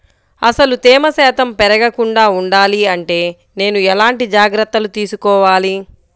అసలు తేమ శాతం పెరగకుండా వుండాలి అంటే నేను ఎలాంటి జాగ్రత్తలు తీసుకోవాలి?